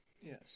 Yes